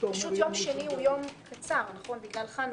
יום שני הוא יום קצר בגלל חנוכה.